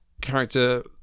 character